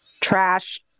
Trash